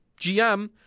GM